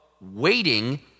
waiting